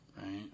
right